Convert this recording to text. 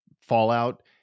fallout